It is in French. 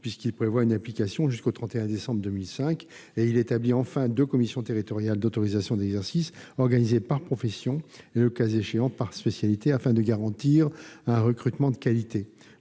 puisqu'il prévoit une application jusqu'au 31 décembre 2025. Il a pour objet d'établir enfin deux commissions territoriales d'autorisation d'exercice, organisées par profession et, le cas échéant, par spécialité, afin de garantir un recrutement de qualité,